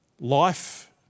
Life